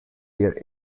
their